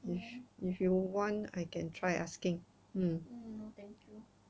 mm no thank you